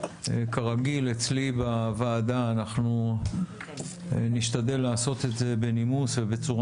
כרגיל אצלי בוועדה אנחנו נשתדל לעשות את זה בנימוס ובצורה